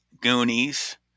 goonies